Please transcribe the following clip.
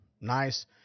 nice